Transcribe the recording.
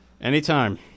Anytime